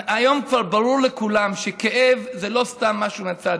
היום כבר ברור לכולם שכאב זה לא סתם משהו מהצד,